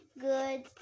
good